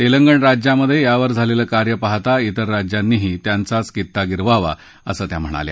तस्त्रीण राज्यात यावर झालस्त्रीकार्य पाहता इतर राज्यांनीही त्यांचाच कित्ता गिरवावा असं त्या म्हणाल्या